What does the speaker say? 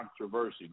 controversy